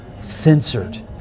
censored